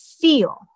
feel